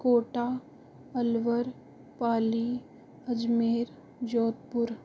Kota Alwar Pali Ajmer Jodhpur